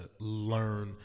learn